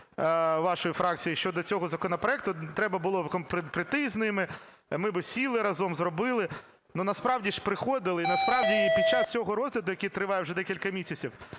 вашої фракції, щодо цього законопроекту, треба було прийти з ними, ми би сіли, разом зробили. Але насправді ж приходили, і насправді під час цього розгляду, який триває вже декілька місяців.